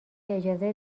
اجازه